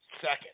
second